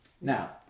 Now